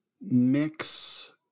mix